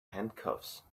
handcuffs